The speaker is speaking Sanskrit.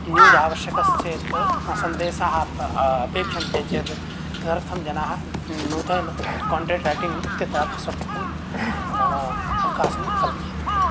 न्यूज् आवश्यकश्चेत् सन्देशाः अपेक्षन्ते चेत् तदर्थं जनाः नूतन कोण्टेण्ट् रैटिङ्ग् इत्यत्रापि स्वकीयं नाम अवकाशं कल्पयन्ति